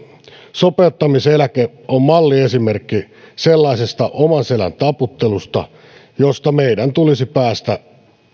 sopeutumiseläke on malliesimerkki sellaisesta oman selän taputtelusta josta meidän tulisi päästä